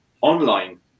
online